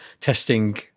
testing